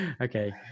Okay